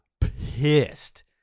pissed